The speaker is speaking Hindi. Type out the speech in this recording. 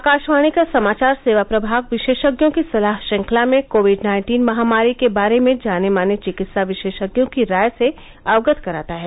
आकाशवाणी का समाचार सेवा प्रभाग विशेषज्ञों की सलाह श्रृंखला में कोविड नाइन्टीन महामारी के बारे में जाने माने चिकित्सा विशेषज्ञों की राय से अवगत कराता है